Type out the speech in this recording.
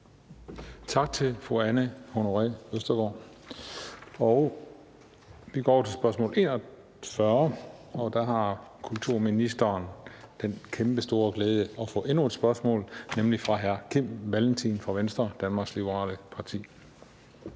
Tak til fru Anne Honoré Østergaard. Vi går over til spørgsmål 41, og der har kulturministeren den kæmpestore glæde at få endnu et spørgsmål, nemlig fra hr. Kim Valentin fra Venstre, Danmarks Liberale Parti.